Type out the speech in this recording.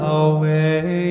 away